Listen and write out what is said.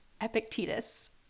Epictetus